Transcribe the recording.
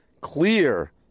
clear